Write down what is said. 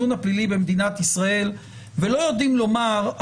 לא אחת גם ביום הדיון עצמו לא תמיד יודעים אם הטיעון יהיה לגופו או לא.